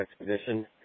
Expedition